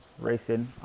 racing